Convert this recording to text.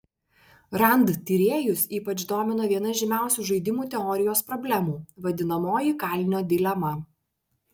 rand tyrėjus ypač domino viena žymiausių žaidimų teorijos problemų vadinamoji kalinio dilema